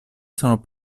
sono